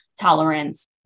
Tolerance